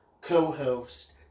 co-host